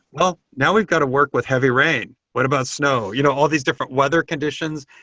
well, now we've got to work with heavy rain. what about snow? you know all these different weather conditions,